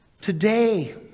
today